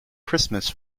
christmas